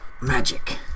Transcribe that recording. magic